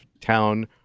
town